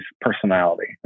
personality